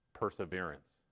perseverance